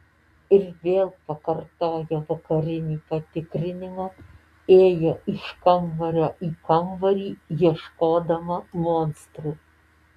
ir vėl pakartojo vakarinį patikrinimą ėjo iš kambario į kambarį ieškodama monstrų